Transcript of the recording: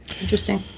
interesting